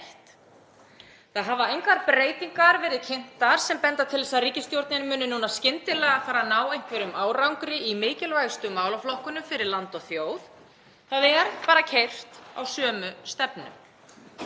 Það hafa engar breytingar verið kynntar sem benda til þess að ríkisstjórnin muni núna skyndilega fara að ná einhverjum árangri í mikilvægustu málaflokkunum fyrir land og þjóð. Það er bara keyrt á sömu stefnu